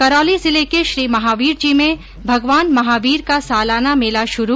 करौली जिले के श्रीमहावीरजी में भगवान महावीर का सालाना मेला शुरू